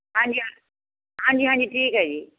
ਹਾਂਜੀ ਹਾਂਜੀ ਹਾਂਜੀ ਠੀਕ ਹੈ ਜੀ